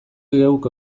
geuk